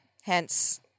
hence